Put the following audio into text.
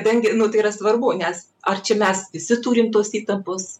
kadangi nu tai yra svarbu nes ar čia mes visi turim tos įtampos